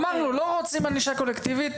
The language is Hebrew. אמרנו שאנחנו לא רוצים ענישה קולקטיבית.